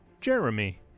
Jeremy